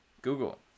Google